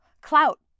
Clout